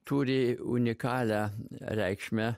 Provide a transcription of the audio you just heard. turi unikalią reikšmę